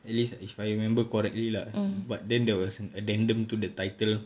at least if I remember correctly lah but then there was an addendum to the title